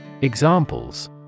Examples